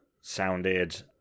sounded